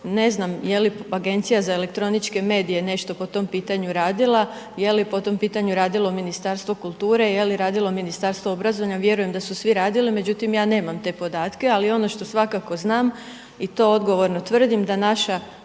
ne znam je li Agencija za elektroničke medije nešto po tom pitanju radila, je li po tom pitanju radilo Ministarstvo kulture, je li radilo Ministarstvo obrazovanja, vjerujem da su svi radili, međutim, ja nemam te podatke, ali ono što svakako znam i to odgovorno tvrdim, da naša